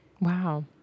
Wow